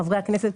חברי הכנסת,